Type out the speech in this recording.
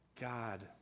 God